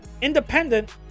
independent